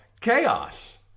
chaos